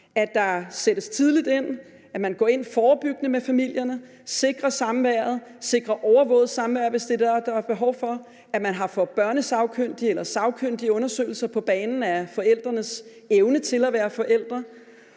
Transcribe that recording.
at der sættes tidligt ind; at man går forebyggende ind i familierne og sikrer samværet og overvåget samvær, hvis det er det, der er behov for; og at man får børnesagkyndige eller sagkyndige undersøgelser på banen af forældrenes evne til at være forældre.